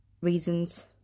reasons